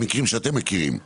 המקרים שאתם מכירים,